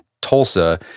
Tulsa